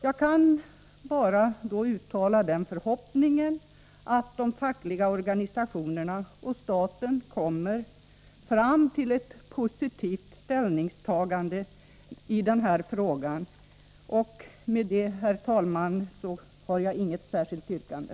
Jag kan då bara uttala den förhoppningen att de fackliga organisationerna och staten kommer fram till ett positivt ställningstagande i denna fråga. Med det, herr talman, har jag inget särskilt yrkande.